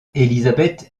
elisabeth